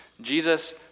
Jesus